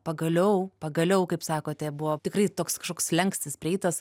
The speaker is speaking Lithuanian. pagaliau pagaliau kaip sakote buvo tikrai toks kažkoks slenkstis prieitas